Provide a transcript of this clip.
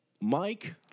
Mike